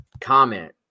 comment